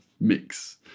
mix